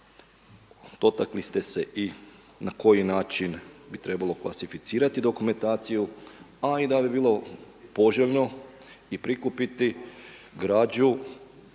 dotakli ste se i na koji način bi trebalo klasificirati dokumentaciju, a i da bi bilo poželjno i prikupiti građu